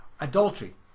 Adultery